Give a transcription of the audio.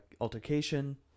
altercation